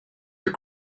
your